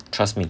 trust me